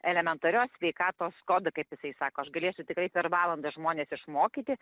elementarios sveikatos kodą kaip jisai sako aš galėsiu tikrai per valandą žmones išmokyti